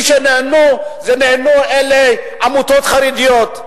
הוא שמי שנהנו זה עמותות חרדיות.